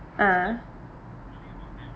ah